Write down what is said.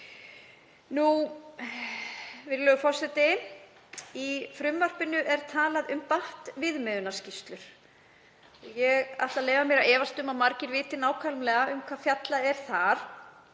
varanlegt. Í frumvarpinu er talað um BAT-viðmiðunarskýrslur. Ég ætla að leyfa mér að efast um að margir viti nákvæmlega um hvað fjallað er um þar.